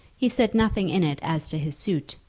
he said nothing in it as to his suit,